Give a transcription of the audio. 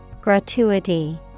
Gratuity